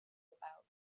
about